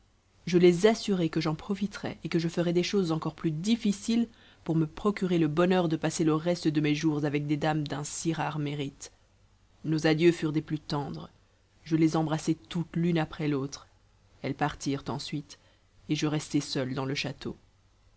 je les assurai que j'en profiterais et que je ferais des choses encore plus difficiles pour me procurer le bonheur de passer le reste de mes jours avec des dames d'un si rare mérite nos adieux furent des plus tendres je les embrassai toutes l'une après l'autre elles partirent ensuite et je restai seul dans le château